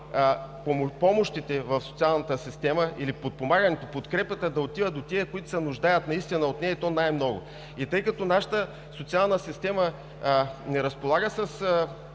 помощите в социалната система или подпомагането, подкрепата да отива до тези, които наистина се нуждаят от нея, и то най-много. Тъй като нашата социална система не разполага с